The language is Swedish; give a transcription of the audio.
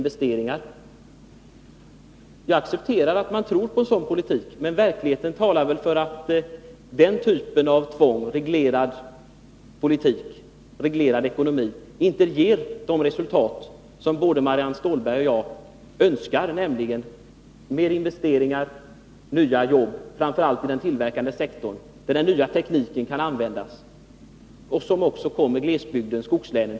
Vi accepterar att man kan tro på en sådan politik, men verkligheten talar för att den typen av tvångsreglerad ekonomi inte ger de resultat som både Marianne Stålberg och jag önskar, nämligen mer investeringar och nya jobb, framför allt inom den tillverkande sektorn — där den nya tekniken kan användas — och inom skogslänen.